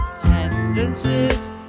tendencies